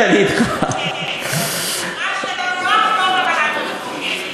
מה שנוח לכם, כוונת המחוקק.